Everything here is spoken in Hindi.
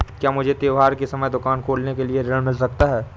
क्या मुझे त्योहार के समय दुकान खोलने के लिए ऋण मिल सकता है?